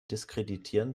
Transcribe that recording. diskreditieren